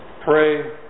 pray